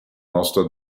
mostro